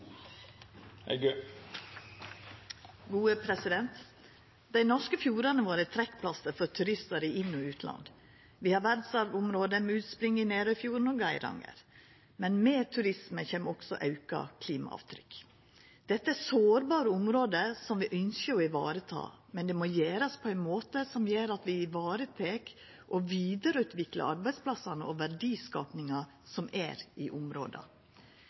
Dei norske fjordane våre er trekkplaster for turistar i inn- og utland. Vi har verdsarvområde med utspring i Nærøyfjorden og Geiranger. Men med turisme kjem også auka klimaavtrykk. Dette er sårbare område som vi ynskjer å vareta, men det må gjerast på ein måte som gjer at vi varetek og vidareutviklar arbeidsplassane og verdiskapinga som er i